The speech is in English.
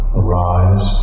arise